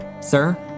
sir